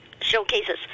showcases